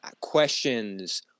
questions